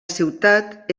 ciutat